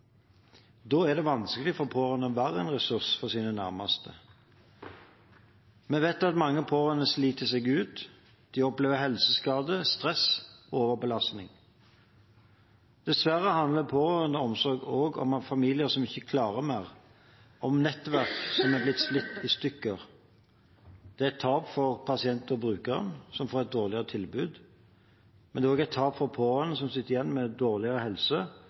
Da er det vanskelig for pårørende å være en ressurs for sine nærmeste. Vi vet at mange pårørende sliter seg ut – de opplever helseskader, stress og overbelastning. Dessverre handler pårørendeomsorg også om familier som ikke klarer mer, om nettverk som blir slitt i stykker. Det er et tap for pasienter og brukere, som får et dårligere tilbud, men det er også et tap for pårørende, som sitter igjen med dårligere helse